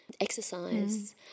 exercise